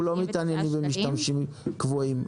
אנחנו לא מתעניינים במשתמשים קבועים.